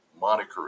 moniker